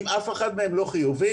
אם אף אחד מהם לא חיובי,